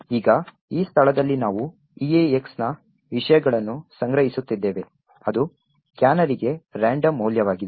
ಈಗ ಈ ಸ್ಥಳದಲ್ಲಿ ನಾವು EAX ನ ವಿಷಯಗಳನ್ನು ಸಂಗ್ರಹಿಸುತ್ತಿದ್ದೇವೆ ಅದು ಕ್ಯಾನರಿಗೆ ರಾಂಡಮ್ ಮೌಲ್ಯವಾಗಿದೆ